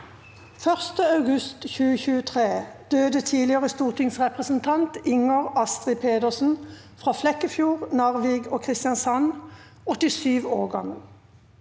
1. august 2023 døde tidligere stortingsrepresentant Inger Astrid Pedersen, fra Flekkefjord, Narvik og Kristiansand, 87 år gammel.